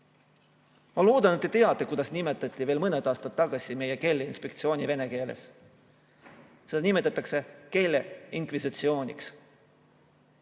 loodan, et te teate, kuidas nimetati veel mõned aastad tagasi meie keeleinspektsiooni vene keeles. Seda nimetati keeleinkvisitsiooniks.